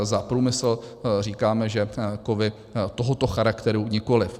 Za průmysl říkáme, že kovy tohoto charakteru nikoliv.